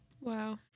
Wow